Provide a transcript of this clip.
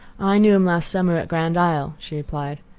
i knew him last summer at grand isle, she replied.